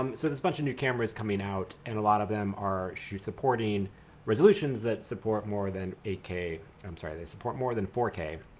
um so there's a bunch of new cameras coming out and a lot of them are, shoot supporting resolutions that support more than eight k. i'm sorry, they support more than four k.